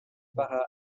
para